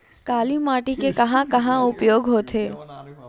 काली माटी के कहां कहा उपयोग होथे?